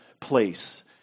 place